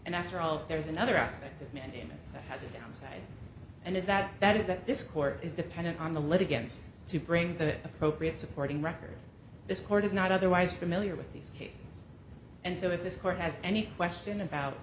and after all there is another aspect of mandamus that has a downside and is that that is that this court is dependent on the lead against to bring the appropriate supporting records this court is not otherwise familiar with these cases and so if this court has any question about